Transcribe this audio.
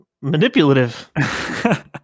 manipulative